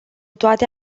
toate